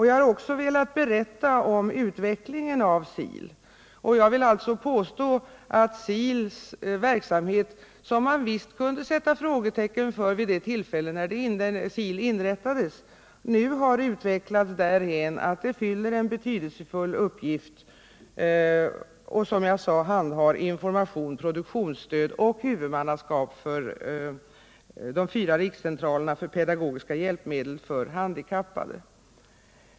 Jag har också velat berätta om utvecklingen av SIL, och jag vill påstå att SIL:s verksamhet, som man visst kunde sätta frågetecken för när SIL inrättades, nu har utvecklats därhän att det fyller en betydelsefull uppgift och, som jag sade i svaret, handhar information, produktionsstöd och huvudmannaskap för de fyra rikscentralerna för pedagogiska hjälpmedel för handikappade.